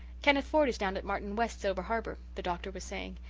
kenneth ford is down at martin west's over-harbour, the doctor was saying.